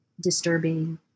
disturbing